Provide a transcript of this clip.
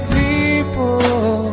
people